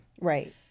Right